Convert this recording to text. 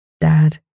Dad